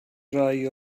rai